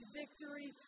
victory